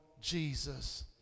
Jesus